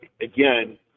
again